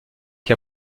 qui